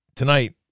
Tonight